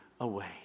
away